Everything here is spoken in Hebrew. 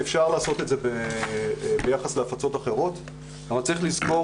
אפשר לעשות את זה ביחס להפצות אחרות אבל צריך לזכור